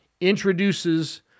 introduces